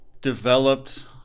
developed